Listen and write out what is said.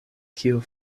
kio